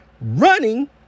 running